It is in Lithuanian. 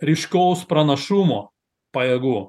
ryškaus pranašumo pajėgų